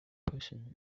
person